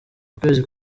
ukwezi